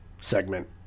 segment